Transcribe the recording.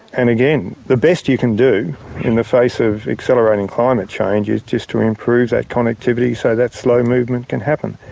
and again, the best you can do in the face of accelerating climate change is just to improve that connectivity so that slow movement can happen.